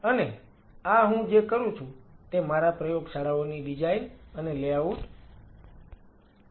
અને આ હું જે કહું છું તે મારા પ્રયોગશાળાઓની ડિઝાઇન અને લેઆઉટ ગોઠવવા માટેના અનુભવ પરથી છે